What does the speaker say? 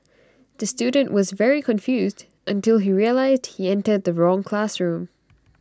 the student was very confused until he realised he entered the wrong classroom